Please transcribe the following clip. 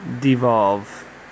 devolve